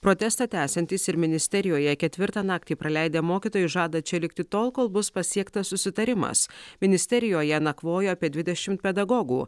protestą tęsiantys ir ministerijoje ketvirtą naktį praleidę mokytojai žada čia likti tol kol bus pasiektas susitarimas ministerijoje nakvoja apie dvidešimt pedagogų